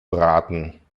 braten